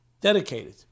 dedicated